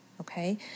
okay